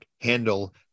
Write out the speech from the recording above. handle